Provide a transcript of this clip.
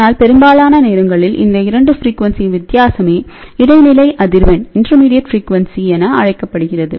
ஆனால் பெரும்பாலான நேரங்களில் இந்த 2 ஃப்ரீக்யுண்சியின் வித்தியாசமே இடைநிலை அதிர்வெண் என அழைக்கப்படுகிறது